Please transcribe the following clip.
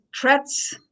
threats